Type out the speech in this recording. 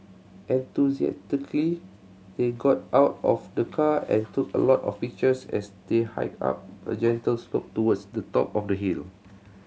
enthusiastically they got out of the car and took a lot of pictures as they hiked up a gentle slope towards the top of the hill